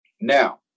Now